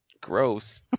gross